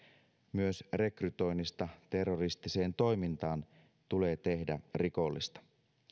myös rekrytoinnista terroristiseen toimintaan tulee tehdä rikollista